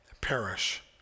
Perish